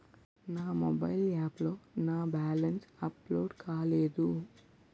నా mobile app లో నా బ్యాలెన్స్ అప్డేట్ కాలేదు